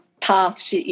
paths